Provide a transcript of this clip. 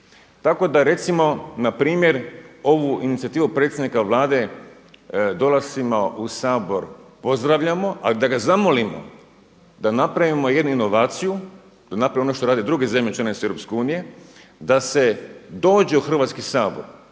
tako da recimo npr. ovu inicijativu predsjednika Vlade dolascima u Sabor pozdravljamo, ali da ga zamolimo da napravimo jednu inovaciju, da napravimo ono što rade druge zemlje članice EU, da se dođe u Hrvatski sabor,